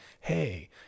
Hey